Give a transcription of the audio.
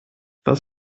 was